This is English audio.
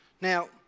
Now